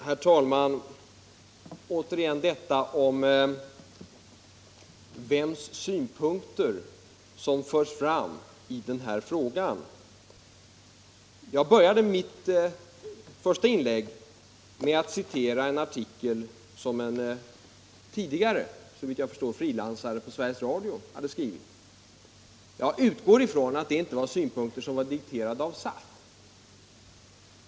Herr talman! Återigen detta om vems synpunkter som förs fram i denna fråga! Jag började mitt första inlägg med att citera en artikel som en tidigare frilansare på Sveriges Radio hade skrivit. Jag utgår från att det inte var synpunkter dikterade av SAF.